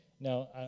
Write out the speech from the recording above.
Now